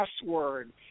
password